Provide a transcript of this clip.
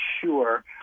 sure